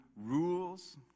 rules